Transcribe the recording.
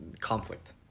conflict